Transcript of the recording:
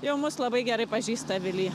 jau mus labai gerai pažįsta avily